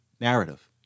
narrative